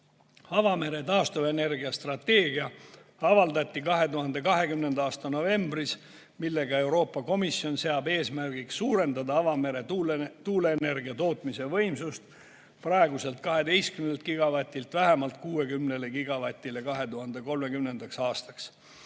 Avamere taastuvenergia strateegia avaldati 2020. aasta novembris, millega Euroopa Komisjon seab eesmärgiks suurendada avamere tuuleenergia tootmise võimsust praeguselt 12 gigavatilt vähemalt 60 gigavatile 2030. aastaks.